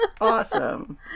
awesome